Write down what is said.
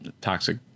toxic